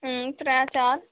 त्रै चार